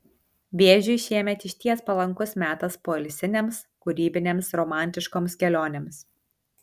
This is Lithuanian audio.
vėžiui šiemet išties palankus metas poilsinėms kūrybinėms romantiškoms kelionėms